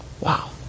Wow